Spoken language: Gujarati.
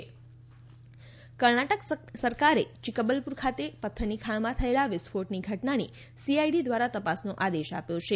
અકસ્માત કર્ણાટક કર્ણાટક સરકારે ચિકકબલપુર ખાતે પથ્થરની ખાણમાં થયેલા વિસ્ફોટની ઘટનાની સીઆઇડી દ્વારા તપાસનો આદેશ આપ્યો છે